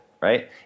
right